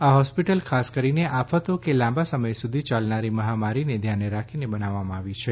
આ હોસ્પિટલ ખાસ કરીને આફતો કે લાંબા સમય સુધી ચાલનારી મહામારીને ધ્યાને રાખીને બનાવવામાં આવી છે